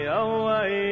away